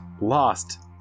lost